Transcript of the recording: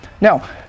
Now